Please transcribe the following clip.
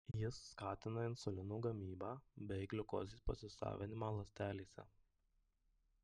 jis skatina insulino gamybą bei gliukozės pasisavinimą ląstelėse